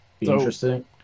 interesting